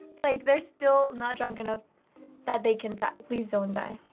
like they're still not drunk enough that they can type. please don't die.